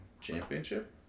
championship